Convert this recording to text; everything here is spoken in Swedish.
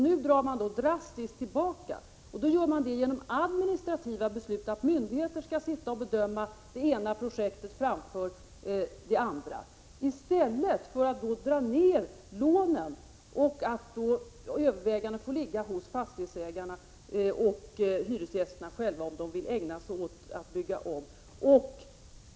Nu drar man drastiskt tillbaka, och gör det genom administrativa beslut — myndigheter skall sitta och bedöma det ena projektet efter det andra — i stället för att dra ner på lånen och låta övervägandena ligga hos fastighetsägarna och hyresgästerna själva om huruvida de vill ägna sig åt att bygga om.